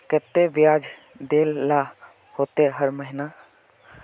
केते बियाज देल ला होते हर महीने?